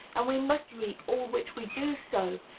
and we must reap all which we do sow,